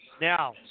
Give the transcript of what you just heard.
Now